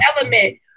element